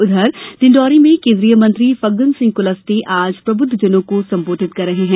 उधर डिण्डोरी में केन्द्रीय मंत्री फग्गन सिंह कुलस्ते आज प्रबुद्धजनों को संबोधित कर रहे है